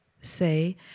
say